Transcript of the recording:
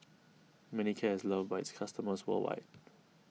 Manicare is loved by its customers worldwide